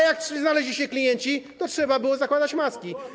Jak znaleźli się klienci, to trzeba było zakładać maski.